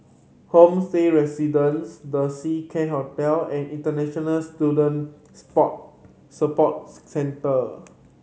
Homestay Residences The Seacare Hotel and International Student Support Support Centre